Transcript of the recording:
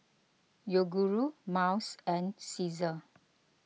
Yoguru Miles and Cesar